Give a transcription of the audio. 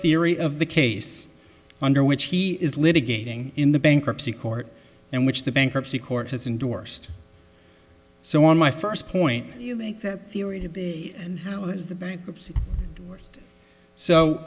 theory of the case under which he is litigating in the bankruptcy court and which the bankruptcy court has endorsed so on my first point you make that theory now is the bankruptcy so